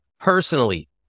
personally